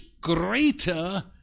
greater